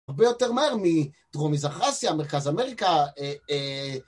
הרבה יותר מהר מדרום מזרח אסיה, מרכז אמריקה.